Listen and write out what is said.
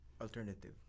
alternative